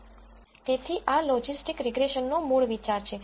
તેથી આ લોજિસ્ટિક રીગ્રેસનનો મૂળ વિચાર છે